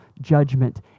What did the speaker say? judgment